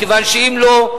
מכיוון שאם לא,